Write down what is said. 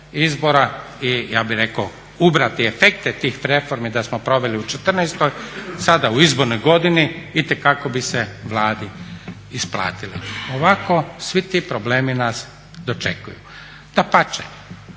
i ja bi rekao ubrati efekte tih reformi da smo proveli u 2014.sada u izbornoj godini itekako bi se Vladi isplatilo. Ovako svi ti problemi nas dočekuju.